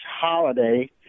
holiday